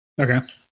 Okay